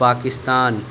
Pakistan